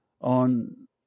on